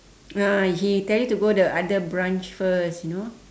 ah he tell you to go the other branch first you know